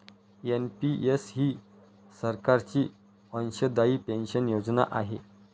NPS ही सरकारची अंशदायी पेन्शन योजना आहे